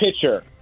pitcher